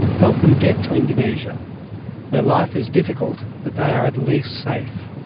helped them get to indonesia where life is difficult but they are at least safe.